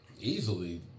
easily